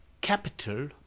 capital